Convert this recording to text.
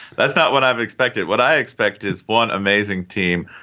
that's not what i've expected what i expect is one amazing team,